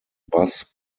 bus